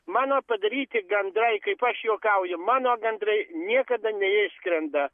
mano padaryti gandrai kaip aš juokauju mano gandrai niekada neišskrenda